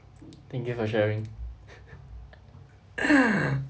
thank you for sharing